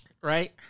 right